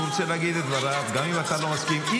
הוא רוצה להגיד את דבריו גם אם אתה לא מסכים ----- כטב"מ